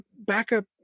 backup